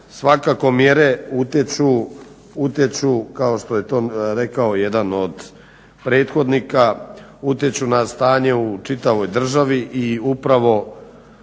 svakako mjere utječu kao što je to rekao jedan od prethodnika, utječu na stanje u čitavoj državi i upravo